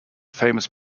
famous